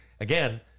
Again